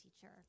teacher